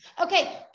Okay